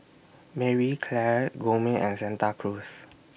Marie Claire Gourmet and Santa Cruz